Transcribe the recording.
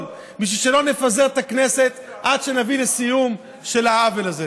בשביל שלא נפזר את הכנסת עד שנביא לסיום של העוול הזה.